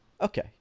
Okay